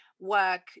work